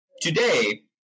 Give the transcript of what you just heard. Today